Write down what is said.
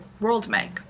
world-make